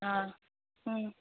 ꯑꯥ ꯎꯝ